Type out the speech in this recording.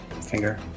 finger